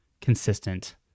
consistent